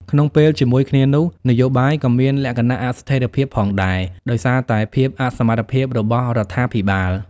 ក្នុងពេលជាមួយគ្នានោះ នយោបាយក៏មានលក្ខណៈអស្ថិរភាពផងដែរ ដោយសារតែភាពអសមត្ថភាពរបស់រដ្ឋាភិបាល។